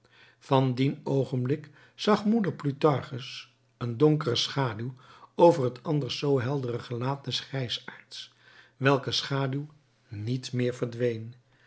van dien oogenblik zag moeder plutarchus een donkere schaduw over het anders zoo heldere gelaat des grijsaards welke schaduw niet meer verdween